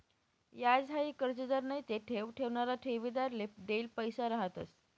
याज हाई कर्जदार नैते ठेव ठेवणारा ठेवीदारले देल पैसा रहातंस